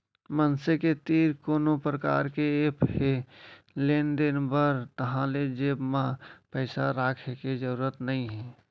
मनसे के तीर कोनो परकार के ऐप हे लेन देन बर ताहाँले जेब म पइसा राखे के जरूरत नइ हे